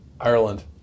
ireland